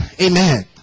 Amen